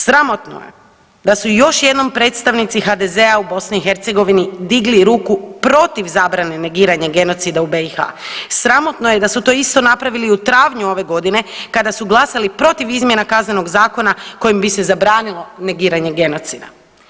Sramotno je da su još jednom predstavnici HDZ-a u BiH digli ruku protiv zabrane negiranja genocida u BiH, sramotno je da su to isto napravili u travnju ove godine kada su glasali protiv izmjena Kaznenog zakona kojim bi se zabranilo negiranje genocida.